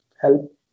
help